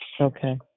Okay